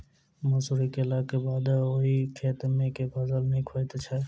मसूरी केलाक बाद ओई खेत मे केँ फसल नीक होइत छै?